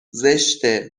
زشته